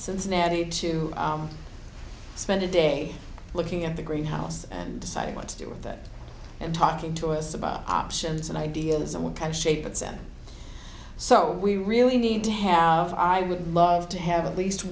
cincinnati to spend a day looking at the greenhouse and deciding what to do with it and talking to us about options and idealism what kind of shape it's in so we really need to have i would love to have at least